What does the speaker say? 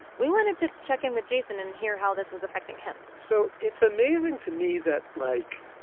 we wanted to check in with jason and hear how this was affecting him so it's amazing to me that, like,